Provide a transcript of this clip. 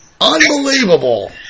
Unbelievable